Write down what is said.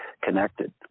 connected